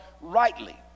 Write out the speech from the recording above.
rightly